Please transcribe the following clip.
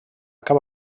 cap